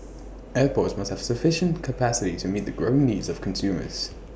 airports must have sufficient capacity to meet the growing needs of consumers